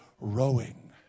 rowing